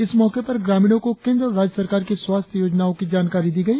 इस मौके पर ग्रामीणों को केंद्र और राज्य सरकार की स्वास्थ्य योजनाओ की जानकारी दी गई